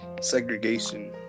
segregation